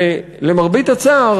ולמרבה הצער,